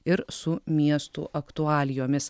ir su miestų aktualijomis